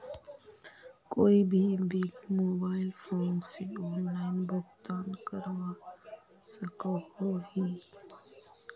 कोई भी bill mobile phone से ऑनलाइन भुगतान करवा सकोहो ही?